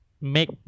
make